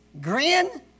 grin